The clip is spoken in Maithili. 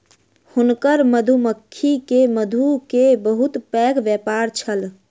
हुनकर मधुमक्खी के मधु के बहुत पैघ व्यापार छल